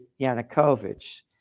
Yanukovych